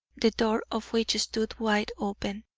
the door of which stood wide open.